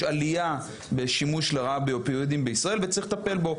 יש עלייה בשימוש לרעה באופיואידים בישראל וצריך לטפל בו.